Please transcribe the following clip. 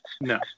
No